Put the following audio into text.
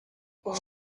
what